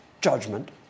judgment